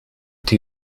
die